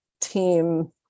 team